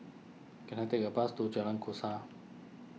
can I take a bus to Jalan Kasau